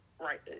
right